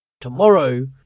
Tomorrow